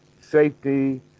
safety